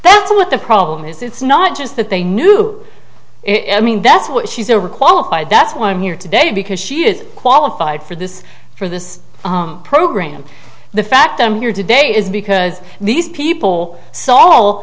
that's what the problem is it's not just that they knew and i mean that's what she's over qualified that's why i'm here today because she is qualified for this for this program the fact i'm here today is because these people saw